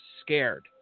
scared